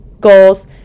goals